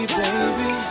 baby